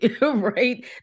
right